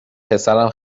پسرم